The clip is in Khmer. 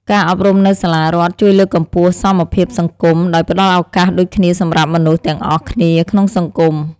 ការអប់រំនៅសាលារដ្ឋជួយលើកកម្ពស់សមភាពសង្គម ដោយផ្តល់ឱកាសដូចគ្នាសម្រាប់មនុស្សទាំងអស់គ្នាក្នុងសង្គម។